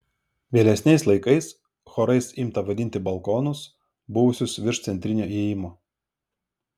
vėlesniais laikais chorais imta vadinti balkonus buvusius virš centrinio įėjimo